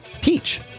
Peach